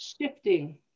shifting